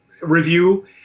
review